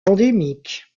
endémique